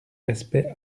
respect